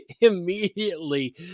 immediately